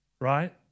Right